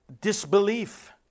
disbelief